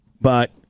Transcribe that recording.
But-